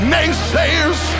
Naysayers